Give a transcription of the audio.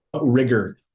rigor